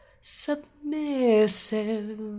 submissive